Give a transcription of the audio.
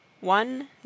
one